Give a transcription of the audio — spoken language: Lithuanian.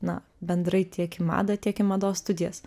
na bendrai tiek į madą tiek į mados studijas